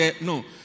No